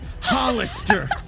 Hollister